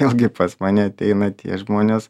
vėlgi pas mane ateina tie žmonės